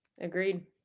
Agreed